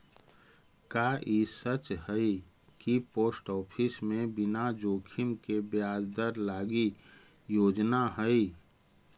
का ई सच हई कि पोस्ट ऑफिस में बिना जोखिम के ब्याज दर लागी योजना हई?